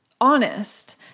honest